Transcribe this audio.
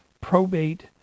probate